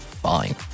fine